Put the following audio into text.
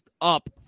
up